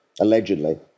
allegedly